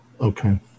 okay